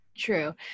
true